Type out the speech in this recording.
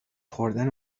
خوردن